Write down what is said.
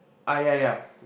ah yeah yeah